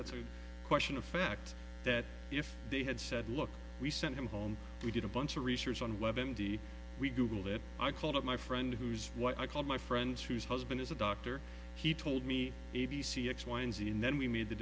that's a question of fact that if they had said look we sent him home we did a bunch of research on levante we googled it i called up my friend who's what i called my friend whose husband is a doctor he told me a b c x y and z and then we made the